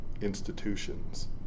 institutions